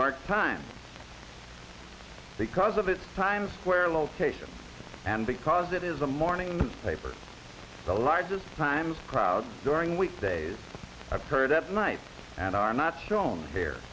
york times because of its times square location and because it is a morning paper the largest time crowd during weekdays occurred at night and are not shown here